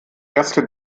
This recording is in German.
erste